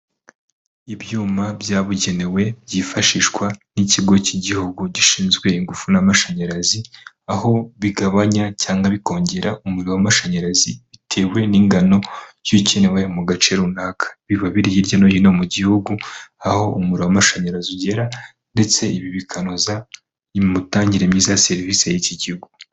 Ibyuma byabugenewe byifashishwa n'ikigo cy'igihugu gishinzwe ingufu n'amashanyarazi, aho bigabanya cyangwa bikongera umuriro w'amashanyarazi, bitewe n'ingano y'ukenewe mu gace runaka, biba biri hirya no hino mu gihugu, aho umuriro w'amashanyarazi ugera ndetse ibi bikanoza imitangire myiza ya serivise y'iki kigo.